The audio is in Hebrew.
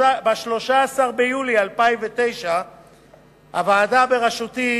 ב-13 ביולי 2009 דנה הוועדה בראשותי